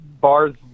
bars